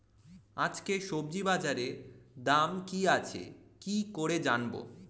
আজকে সবজি বাজারে দাম কি আছে কি করে জানবো?